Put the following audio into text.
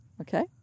Okay